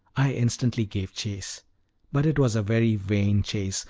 i instantly gave chase but it was a very vain chase,